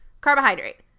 carbohydrate